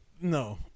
no